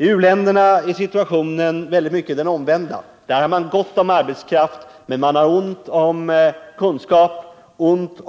I u-länderna är situationen mycket ofta den omvända: där har man gott om arbetskraft, men man har ont om kunskap, ont